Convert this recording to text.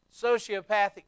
sociopathic